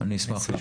אני אשמח לשמוע.